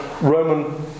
Roman